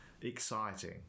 exciting